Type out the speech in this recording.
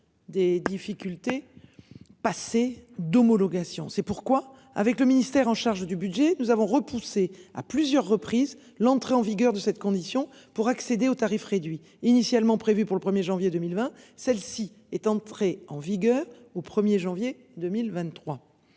des difficultés. Passées d'homologation. C'est pourquoi, avec le ministère en charge du Budget nous avons repoussé à plusieurs reprises l'entrée en vigueur de cette condition pour accéder au tarif réduit. Initialement prévue pour le 1er janvier 2020, celle-ci est entrée en vigueur au 1er janvier 2023.